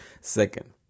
Second